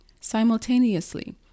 Simultaneously